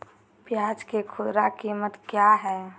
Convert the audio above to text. प्याज के खुदरा कीमत क्या है?